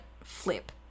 flip